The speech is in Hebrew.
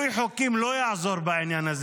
על המשטרה?